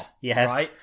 Yes